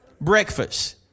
Breakfast